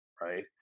right